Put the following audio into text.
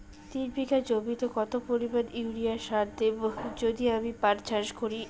এক বিঘা জমিতে কত পরিমান ইউরিয়া সার দেব যদি আমি পাট চাষ করি?